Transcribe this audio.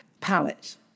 palette